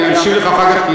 אני אשיב לך אחר כך,